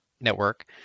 network